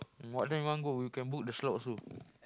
what time you want go we can book the slot also